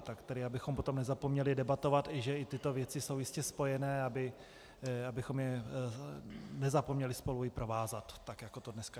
Tak abychom potom nezapomněli debatovat, že i tyto věci jsou jistě spojené, abychom je nezapomněli spolu i provázat, tak jako to dneska je.